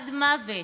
עד מוות.